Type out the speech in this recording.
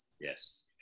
Yes